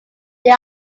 they